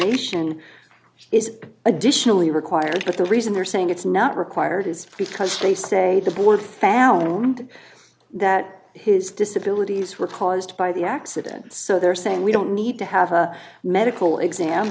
examination is additionally required if the reason they're saying it's not required is because they say the board found that his disability were caused by the accident so they're saying we don't need to have a medical exam